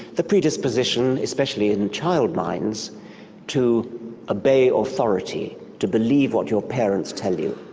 the predisposition especially in child minds to obey authority, to believe what your parents tell you.